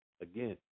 again